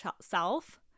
self